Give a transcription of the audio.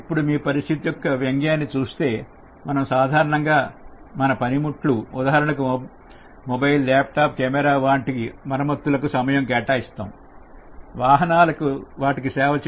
ఇప్పుడు మీ పరిస్థితి యొక్క వ్యంగ్యాన్ని చూస్తే మనం సాధారణంగా మన పనిముట్లు ఉదాహరణకు మొబైల్ ల్యాప్టాప్ కెమెరా వాటి మరమ్మతులకు సమయం కేటాయిస్తాను వాహనాలకు సేవలు అందిస్తాం